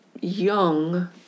young